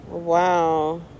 Wow